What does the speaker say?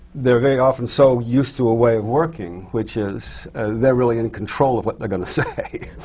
they're very often so used to a way of working, which is they're really in control of what they're going to say!